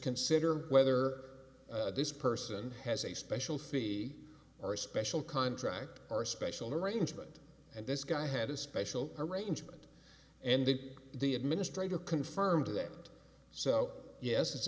consider whether this person has a special fee or a special contract or a special arrangement and this guy had a special arrangement and did the administrator confirmed it so yes it's